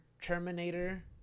Terminator